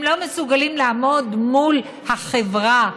הם לא מסוגלים לעמוד מול החברה,